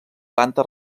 planta